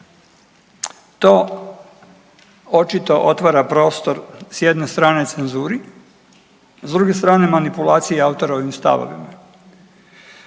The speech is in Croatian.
To očito otvara prostor, s jedne strane cenzuri, s druge strane manipulaciji autorovim stavovima.